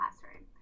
classroom